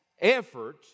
effort